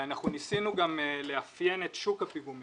אנחנו ניסינו גם לאפיין את שוק הפיגומים,